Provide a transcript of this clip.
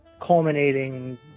culminating